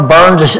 Burns